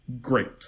great